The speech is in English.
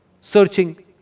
searching